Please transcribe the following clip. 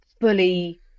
fully